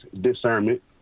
discernment